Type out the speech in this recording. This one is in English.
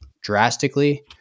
drastically